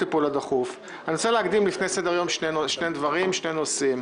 אני רוצה להקדים שני נושאים.